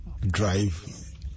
drive